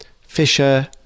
Fisher